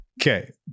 Okay